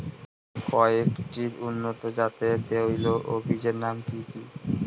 কয়েকটি উন্নত জাতের তৈল ও বীজের নাম কি কি?